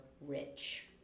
rich